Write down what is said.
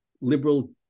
liberal